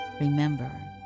remember